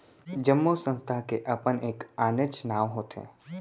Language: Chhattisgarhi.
जम्मो संस्था के अपन एक आनेच्च नांव होथे